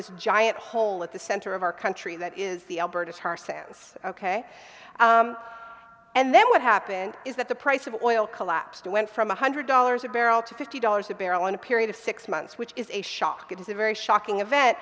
this giant hole at the center of our country that is the alberta tar sands ok and then what happened is that the price of oil collapsed went from one hundred dollars a barrel to fifty dollars a barrel in a period of six months which is a shock it is a very shocking event